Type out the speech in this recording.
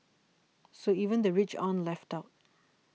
so even the rich aren't left out